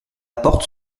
porte